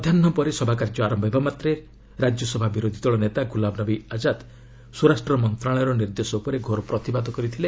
ମଧ୍ୟାହୁ ପରେ ସଭା କାର୍ଯ୍ୟ ଆରମ୍ଭ ହେବା ମାତ୍ରେ ରାଜ୍ୟସଭା ବିରୋଧୀ ଦଳ ନେତା ଗୁଲାମନବୀ ଆକ୍ରାଦ୍ ସ୍ୱରାଷ୍ଟ୍ର ମନ୍ତ୍ରଣାଳୟର ନିର୍ଦ୍ଦେଶ ଉପରେ ଘୋର ପ୍ରତିବାଦ କରିଥିଲେ